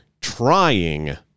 trying